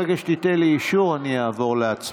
ברגע שתיתן לי אישור אני אעבור להצבעה.